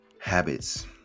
habits